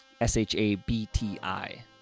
S-H-A-B-T-I